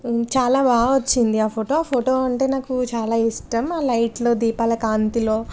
చాలా బా వచ్చింది ఆ ఫోటో ఆ ఫోటో అంటే నాకు చాలా ఇష్టం ఆ లైట్లో దీపాల కాంతిలో